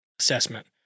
assessment